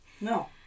No